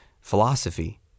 philosophy